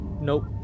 Nope